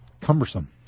cumbersome